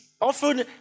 often